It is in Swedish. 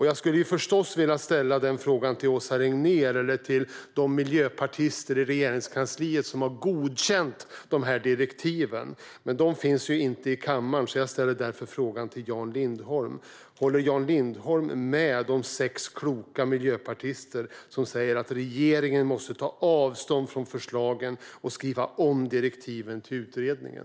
Jag skulle förstås vilja ställa frågan till Åsa Regnér eller till de miljöpartister i Regeringskansliet som har godkänt dessa direktiv, men de finns inte i kammaren, så jag ställer därför frågan till Jan Lindholm: Håller Jan Lindholm med de sex kloka miljöpartisterna, som säger att regeringen måste ta avstånd från förslagen och skriva om direktiven till utredningen?